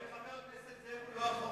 איך יכול להיות שחבר הכנסת זאב הוא לא אחרון,